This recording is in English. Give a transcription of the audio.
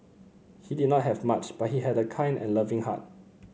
he did not have much but he had a kind and loving heart